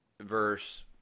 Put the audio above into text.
verse